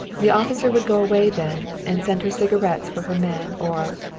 the officer would go away then, and send her cigarettes for her men or,